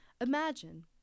Imagine